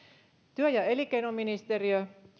työ ja elinkeinoministeriö